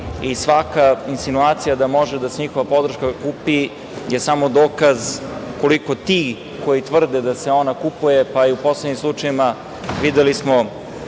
i svaka insinuacija da može njihova podrška da se kupi je samo dokaz koliko ti koji tvrde da se ona kupuje. U poslednjim slučajevima videli smo